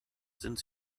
sind